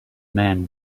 man